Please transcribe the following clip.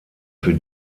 für